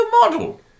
model